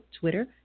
Twitter